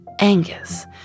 Angus